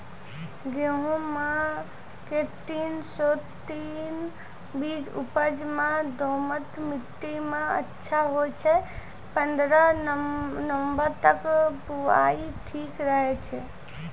गेहूँम के तीन सौ तीन बीज उपज मे दोमट मिट्टी मे अच्छा होय छै, पन्द्रह नवंबर तक बुआई ठीक रहै छै